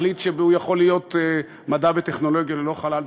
החליט שהוא יכול להיות שר מדע וטכנולוגיה ללא חלל,